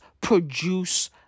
produce